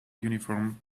uniform